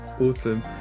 Awesome